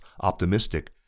optimistic